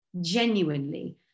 Genuinely